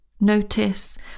Notice